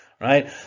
right